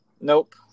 Nope